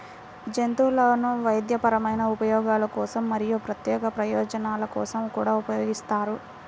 జంతువులను వైద్యపరమైన ఉపయోగాల కోసం మరియు ప్రత్యేక ప్రయోజనాల కోసం కూడా ఉపయోగిస్తారు